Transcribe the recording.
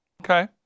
Okay